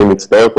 אני מצטער.